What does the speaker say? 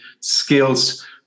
skills